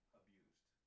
abused